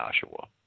Joshua